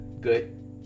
good